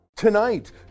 Tonight